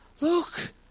look